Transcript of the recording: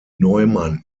neumann